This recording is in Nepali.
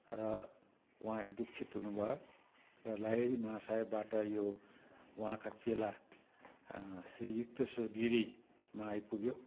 र उहाँ दीक्षित हुनुभयो र लाहिडी महाशयबाट यो उहाँका चेला श्री युक्तेश्वर गिरीमा आइपुग्यो